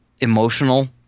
emotional